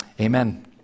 amen